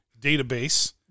database